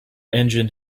engine